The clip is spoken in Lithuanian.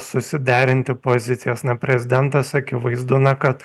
susiderinti pozicijas na prezidentas akivaizdu na kad